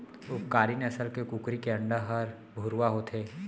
उपकारी नसल के कुकरी के अंडा हर भुरवा होथे